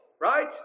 Right